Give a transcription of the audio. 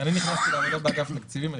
כשאני נכנסתי לעבודה באגף התקציבים אני